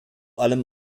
allem